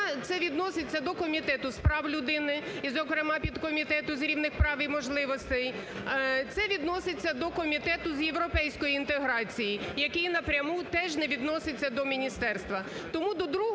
це відноситься до Комітету з прав людини, і зокрема підкомітету з рівних прав і можливостей. Це відноситься до Комітету з європейської інтеграції, який напряму теж не відноситься до міністерства. Тому до другого